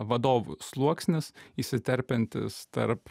vadovų sluoksnis įsiterpiantis tarp